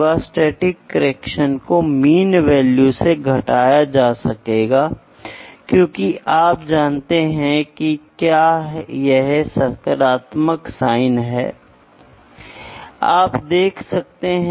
एक length scale या एक मानक जो प्रेशर में परिवर्तन को जानने के लिए लेंथ इकाइयों के बराबर कैलिब्रेट किया जाता है